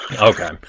okay